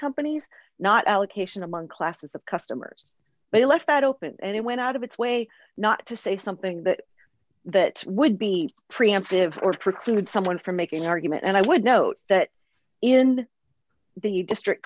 companies not allocation among classes of customers but he left that open and it went out of its way not to say something that that would be preemptive or preclude someone from making an argument and i would note that in the district